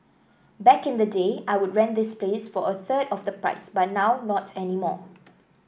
back in the day I would rent this place for a third of the price but now not anymore